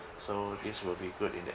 so this will be good in that